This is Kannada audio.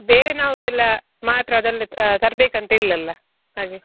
ಬೇರೆ ನಾವೆಲ್ಲ ಮಾತ್ರೆ ಅದೆಲ್ಲ ತರಬೇಕಂತ ಇಲ್ಲಲ್ಲ ಹಾಗೆ